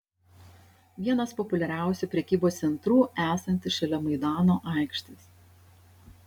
vienas populiariausių prekybos centrų esantis šalia maidano aikštės